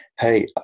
Hey